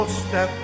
step